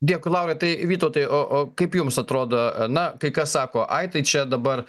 dėkui laurai tai vytautai o o kaip jums atrodo na kai kas sako ai tai čia dabar